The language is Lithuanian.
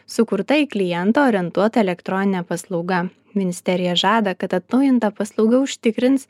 sukurta į klientą orientuota elektroninė paslauga ministerija žada kad atnaujinta paslauga užtikrins